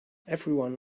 everyone